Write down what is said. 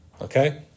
Okay